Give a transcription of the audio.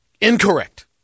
Incorrect